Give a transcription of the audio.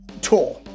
tour